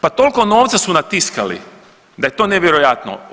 Pa toliko novca su natiskali da je to nevjerojatno.